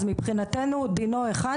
מבחינתנו דינו אחד,